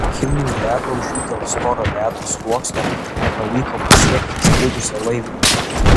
kinų ledlaužiui dėl storo ledo sluoksnio nepavyko pasiekti įstrigusio laivo